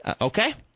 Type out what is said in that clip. Okay